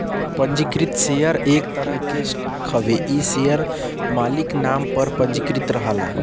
पंजीकृत शेयर एक तरह क स्टॉक हउवे इ शेयर मालिक नाम पर पंजीकृत रहला